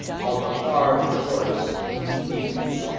on the hard choice of two evils,